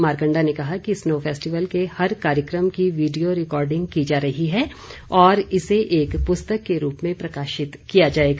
मारकंडा ने कहा कि रनो फैस्टिवल के हर कार्यक्रम की वीडियो रिकॉर्डिंग की जा रही है और इसे एक पुस्तक के रूप में प्रकाशित किया जाएगा